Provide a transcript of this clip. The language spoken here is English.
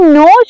no